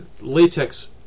latex